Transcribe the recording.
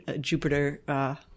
Jupiter